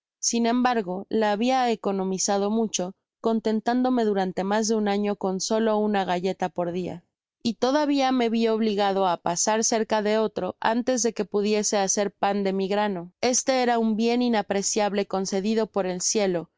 sin embargo la habia economizado mucho contentandome durante mas de un año con solo una galleta por dia y tadaviamevi obligado á pasar cerca de otro antes de que pudiese hacer pan demi grano este era un bien inapreciable concedido por el cielo pues